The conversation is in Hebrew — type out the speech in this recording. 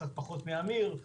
וקצת פחות מעמיר,